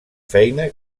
feina